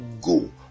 go